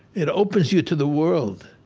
it opens you to the world.